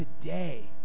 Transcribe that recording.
today